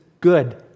good